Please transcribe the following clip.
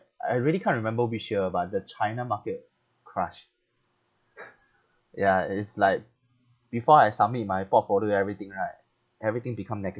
I really can't remember which year but the china market crash ya it's like before I submit my portfolio everything right everything become negative